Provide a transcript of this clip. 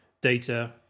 data